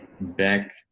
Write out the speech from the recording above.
back